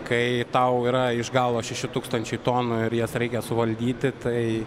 kai tau yra iš galo šeši tūkstančiai tonų ir jas reikia suvaldyti tai